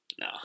No